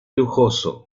lujoso